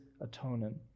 atonement